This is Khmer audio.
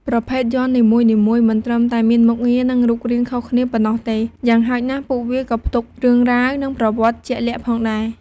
ប្រភេទយ័ន្តនីមួយៗមិនត្រឹមតែមានមុខងារ និងរូបរាងខុសគ្នាប៉ុណ្ណោះទេ យ៉ាងហោចណាស់ ពួកវាក៏ផ្ទុករឿងរ៉ាវ និងប្រវត្តិជាក់លាក់ផងដែរ ។